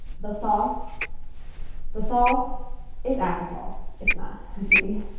the sauce the sauce is applesauce! it's not. i'm kidding.